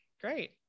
great